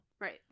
right